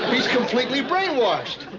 he's completely brainwashed.